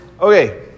okay